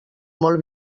molt